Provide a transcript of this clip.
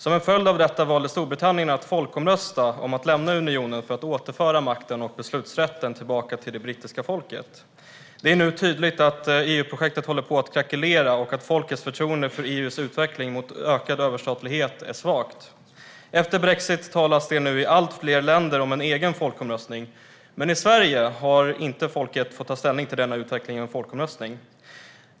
Som en följd av detta valde Storbritannien att folkomrösta om att lämna unionen för att återföra makten och beslutsrätten tillbaka till det brittiska folket. Det är nu tydligt att EU-projektet håller på att krackelera och att folkets förtroende för EU:s utveckling mot ökad överstatlighet är svagt. Efter brexit talas det nu i allt fler länder om en egen folkomröstning, men i Sverige har inte folket fått ta ställning till denna utveckling i en folkomröstning.